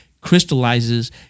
crystallizes